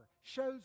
shows